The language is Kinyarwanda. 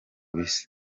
bisa